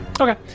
Okay